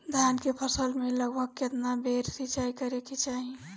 धान के फसल मे लगभग केतना बेर सिचाई करे के चाही?